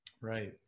Right